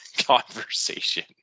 conversation